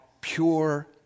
pure